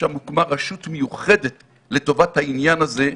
שם הוקמה רשות מיוחדת לטובת העניין הזה.